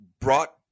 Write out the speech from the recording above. brought